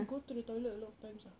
go to the toilet a lot of times ah